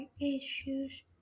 issues